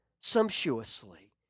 sumptuously